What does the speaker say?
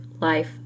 life